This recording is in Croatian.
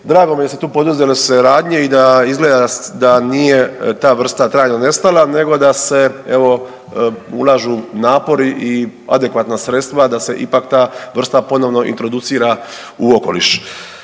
drago mi je da su tu poduzele se radnje i da izgleda da nije ta vrsta trajno nestala nego da se evo ulažu napori i adekvatna sredstva da te ipak ta vrsta ponovno introducira u okoliš.